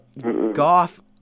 Goff